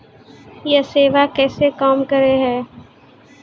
यह सेवा कैसे काम करै है?